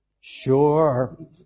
Sure